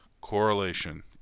Correlation